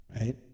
right